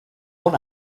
fun